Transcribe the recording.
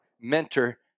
Mentor